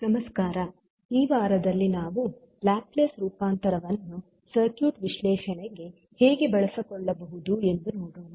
ನಮಸ್ಕಾರ ಈ ವಾರದಲ್ಲಿ ನಾವು ಲಾಪ್ಲೇಸ್ ರೂಪಾಂತರವನ್ನು ಸರ್ಕ್ಯೂಟ್ ವಿಶ್ಲೇಷಣೆಗೆ ಹೇಗೆ ಬಳಸಿಕೊಳ್ಳಬಹುದು ಎಂದು ನೋಡೋಣ